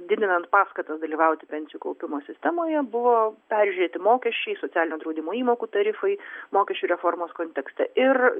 didinant paskatas dalyvauti pensijų kaupimo sistemoje buvo peržiūrėti mokesčiai socialinio draudimo įmokų tarifai mokesčių reformos kontekste ir